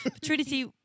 Trinity